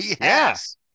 Yes